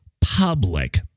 public